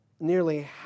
nearly